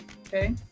okay